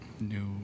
new